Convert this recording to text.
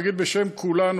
להגיד בשם כולנו,